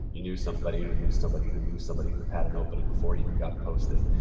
you knew somebody who knew somebody who knew somebody who had an opening before it even got posted.